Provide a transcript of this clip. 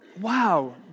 wow